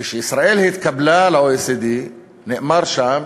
כשישראל התקבלה ל-OECD נאמר שם